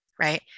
right